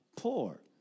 poor